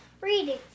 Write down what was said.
Reading